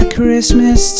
Christmas